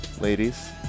ladies